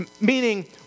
meaning